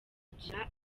kugira